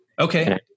Okay